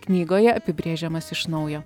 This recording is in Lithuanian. knygoje apibrėžiamas iš naujo